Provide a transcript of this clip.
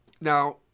Now